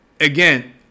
again